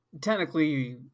technically